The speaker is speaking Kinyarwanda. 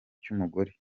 cy’umugore